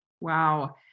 wow